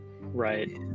Right